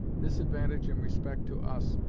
this advantage in respect to us,